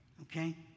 Okay